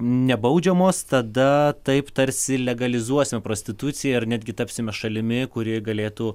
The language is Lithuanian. nebaudžiamos tada taip tarsi legalizuosim prostituciją ar netgi tapsime šalimi kuri galėtų